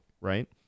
right